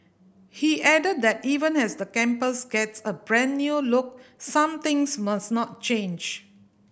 he added that even as the campus gets a brand new look some things must not change